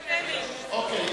אוקיי.